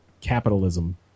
capitalism